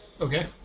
Okay